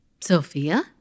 Sophia